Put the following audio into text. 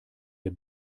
der